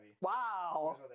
Wow